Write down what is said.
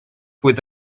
with